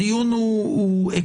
הדיון הוא עקרוני,